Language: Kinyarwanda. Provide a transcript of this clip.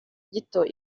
gito